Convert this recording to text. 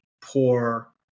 poor